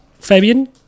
Fabian